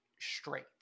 straight